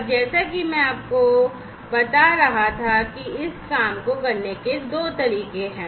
और जैसा कि मैं आपको बता रहा था कि इस काम को करने के दो तरीके हैं